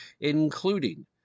including